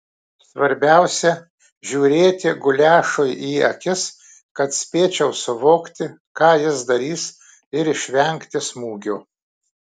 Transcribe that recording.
svarbiausia žiūrėti guliašui į akis kad spėčiau suvokti ką jis darys ir išvengti smūgio